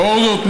לאור זאת,